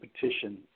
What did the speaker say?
petition